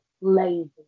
lazy